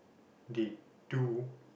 they do